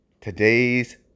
Today's